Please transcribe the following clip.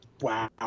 Wow